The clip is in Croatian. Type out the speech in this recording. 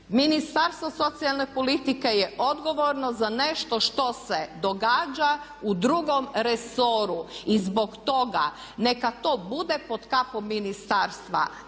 Ministarstvo socijalne politike je odgovorno za nešto što se događa u drugom resoru i zbog toga neka to bude pod kapom ministarstva